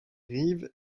rives